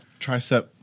Tricep